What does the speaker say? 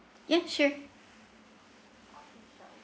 ya sure